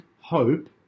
hope